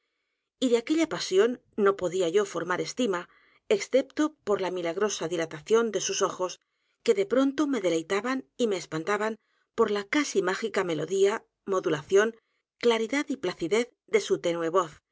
y de aquella pasión no podía yo formar estima excepto por la milagrosa dilatación de sus ojos que de pronto me deleitaban y me espantaban por la casi mágica melodía modulación claridad y placidez de su